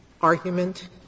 argument